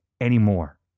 anymore